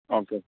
okay